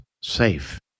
safe